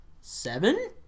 seven